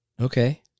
Okay